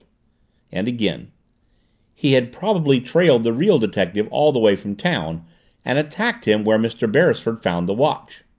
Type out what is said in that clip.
and again he had probably trailed the real detective all the way from town and attacked him where mr. beresford found the watch.